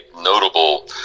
notable